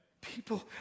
People